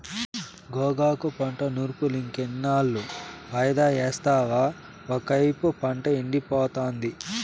గోగాకు పంట నూర్పులింకెన్నాళ్ళు వాయిదా యేస్తావు ఒకైపు పంట ఎండిపోతాంది